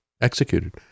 executed